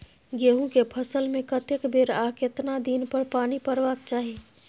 गेहूं के फसल मे कतेक बेर आ केतना दिन पर पानी परबाक चाही?